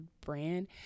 brand